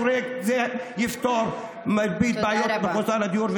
פרויקט זה יפתור את מרבית בעיית מחוסרי הדיור,